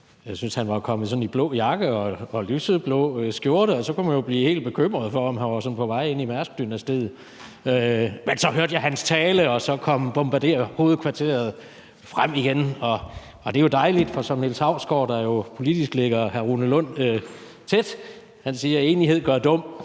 at han sådan var kommet i blå jakke og lyseblå skjorte, så man kunne blive helt bekymret for, om han var på vej ind i Mærskdynastiet. Men så hørte jeg hans tale, og så igen parolen: Bombarder hovedkvarteret. Det er jo dejligt, for som Niels Hausgaard, der politisk ligger tæt på hr. Rune Lund, siger: Enighed gør dum.